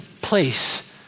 place